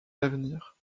l’avenir